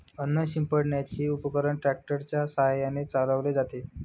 अन्न शिंपडण्याचे उपकरण ट्रॅक्टर च्या साहाय्याने चालवले जाते